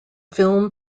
film